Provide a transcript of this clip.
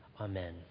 Amen